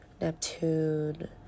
neptune